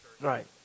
Right